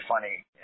funny